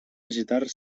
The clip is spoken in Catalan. agitar